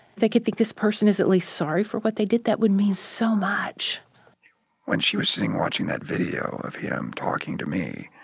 they could think this person is at least sorry for what they did, that would mean so much when she was sitting watching that video of him talking to me,